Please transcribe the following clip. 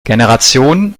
generation